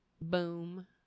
boom